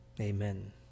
amen